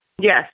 yes